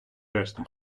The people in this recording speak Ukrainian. решти